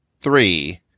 three